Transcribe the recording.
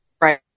right